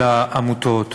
של העמותות.